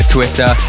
Twitter